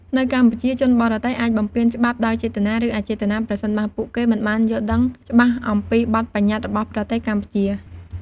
នៅកម្ពុជា ជនបរទេសអាចបំពានច្បាប់ដោយចេតនា ឬអចេតនាប្រសិនបើពួកគេមិនបានយល់ដឹងច្បាស់អំពីបទប្បញ្ញត្តិរបស់ប្រទេសកម្ពុជា។